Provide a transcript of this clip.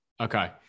Okay